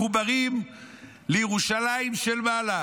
מחוברים לירושלים של מעלה.